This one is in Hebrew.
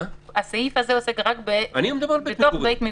הסעיף הזה עוסק רק בתוך בית מגורים.